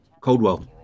Coldwell